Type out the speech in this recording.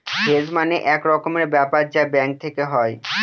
hedge মানে এক রকমের ব্যাপার যা ব্যাঙ্ক থেকে হয়